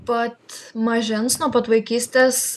pat mažens nuo pat vaikystės